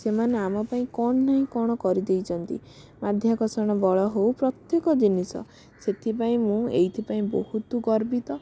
ସେମାନେ ଆମ ପାଇଁ କଣ ନାହିଁ କ'ଣ କରିଦେଇଛନ୍ତି ମାଧ୍ୟାକର୍ଷଣ ବଳ ହଉ ପ୍ରତ୍ୟେକ ଜିନିଷ ସେଥିପାଇଁ ମୁଁ ଏଇଥି ପାଇଁ ବହୁତ ଗର୍ବିତ